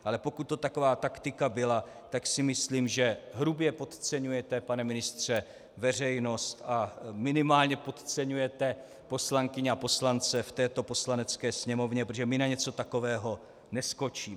Ale pokud to taková taktika byla, tak si myslím, že hrubě podceňujete, pane ministře, veřejnost a minimálně podceňujete poslankyně a poslance v této Poslanecké sněmovně, protože my na něco takového neskočíme.